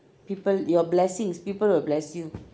people your blessings people will bless you